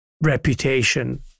reputation